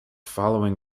following